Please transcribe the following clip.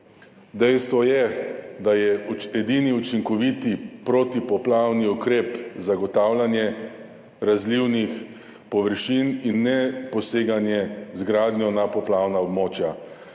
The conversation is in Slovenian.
Dejstvo je, da je edini učinkoviti protipoplavni ukrep zagotavljanje razlivnih površin in neposeganje z gradnjo na poplavna območja.